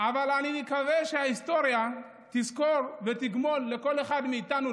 אבל אני מקווה שההיסטוריה תזכור ותגמול לכל אחד מאיתנו,